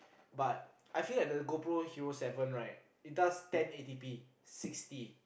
but I feel like the GoPro hero seven right it does ten A_T_P sixty